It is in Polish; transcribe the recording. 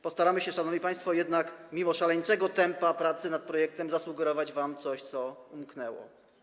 Postaramy się jednak, szanowni państwo, mimo szaleńczego tempa pracy nad projektem zasugerować wam coś, co umknęło.